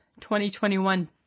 2021